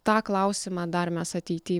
tą klausimą dar mes ateity